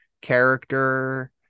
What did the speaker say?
character